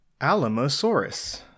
Alamosaurus